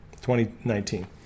2019